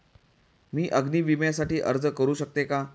मी अग्नी विम्यासाठी अर्ज करू शकते का?